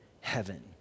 heaven